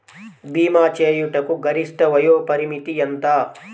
భీమా చేయుటకు గరిష్ట వయోపరిమితి ఎంత?